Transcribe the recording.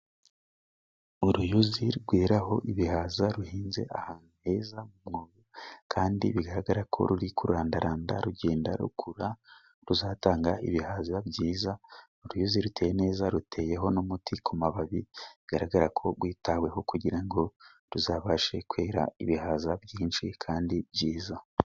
Uruyuzi rweraho ibihaza, ruhinze ahantu heza mu mwoga, kandi bigaragara ko ruri kurandaranda rugenda rukura, ruzatanga ibihaza byiza, uruyuzi ruteye neza, ruteyeho n'umuti ku mababi, bigaragara ko rwitaweho kugira ngo ruzabashe kwera ibihaza byinshi kandi byiza.